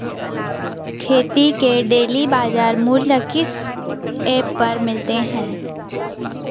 खेती के डेली बाज़ार मूल्य किस ऐप पर मिलते हैं?